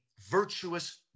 virtuous